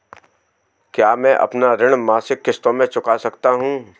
क्या मैं अपना ऋण मासिक किश्तों में चुका सकता हूँ?